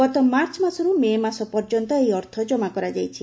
ଗତ ମାର୍ଚ୍ଚ ମାସରୁ ମେ' ମାସ ପର୍ଯ୍ୟନ୍ତ ଏହି ଅର୍ଥ କମା କରାଯାଇଛି